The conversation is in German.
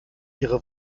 ihre